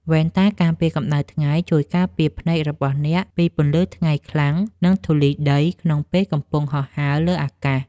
វ៉ែនតាការពារកម្ដៅថ្ងៃជួយការពារភ្នែករបស់អ្នកពីពន្លឺថ្ងៃខ្លាំង និងធូលីដីក្នុងពេលកំពុងហោះហើរលើអាកាស។